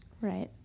Right